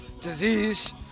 disease